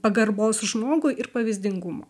pagarbos žmogui ir pavyzdingumo